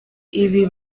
ibi